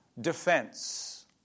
defense